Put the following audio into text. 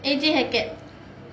A_J Hackett